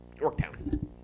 Yorktown